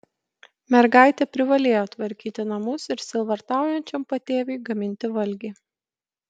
mergaitė privalėjo tvarkyti namus ir sielvartaujančiam patėviui gaminti valgį